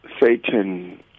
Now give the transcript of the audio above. Satan